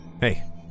Hey